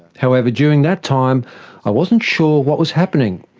however, during that time i wasn't sure what was happening.